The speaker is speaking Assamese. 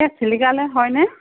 এইয়া চিল্কালয় হয়নে